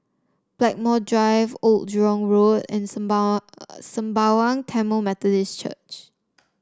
Blackmore Drive Old Jurong Road and Sembawang Tamil Methodist Church